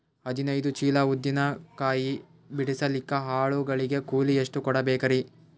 ಹದಿನೈದು ಚೀಲ ಉದ್ದಿನ ಕಾಯಿ ಬಿಡಸಲಿಕ ಆಳು ಗಳಿಗೆ ಕೂಲಿ ಎಷ್ಟು ಕೂಡಬೆಕರೀ?